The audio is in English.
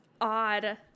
odd